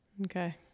Okay